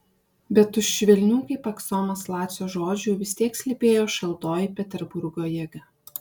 bet už švelnių kaip aksomas lacio žodžių vis tiek slypėjo šaltoji peterburgo jėga